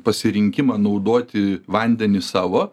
pasirinkimą naudoti vandenį savo